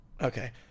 okay